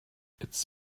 its